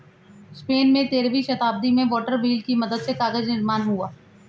Spain में तेरहवीं शताब्दी में वाटर व्हील की मदद से कागज निर्माण हुआ